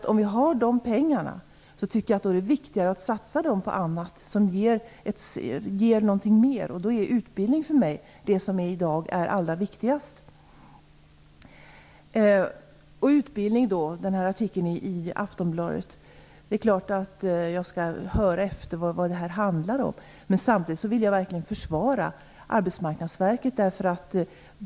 Om vi har pengarna är det viktigare att satsa dem på annat som ger något mer, och utbildning är för mig det som i dag är allra viktigast. När det gäller artikeln i Aftonbladet är det klart att jag skall höra efter vad det handlar om. Samtidigt vill jag verkligen försvara Arbetsmarknadsverket.